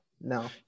no